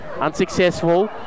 Unsuccessful